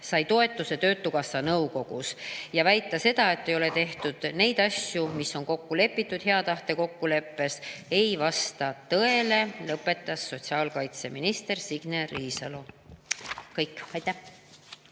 sai toetuse töötukassa nõukogus. Väide, et ei ole tehtud neid asju, mis on kokku lepitud hea tahte kokkuleppes, ei vasta tõele, lõpetas sotsiaalkaitseminister Signe Riisalo. Kõik. Ülle